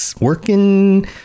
working